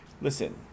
listen